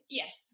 yes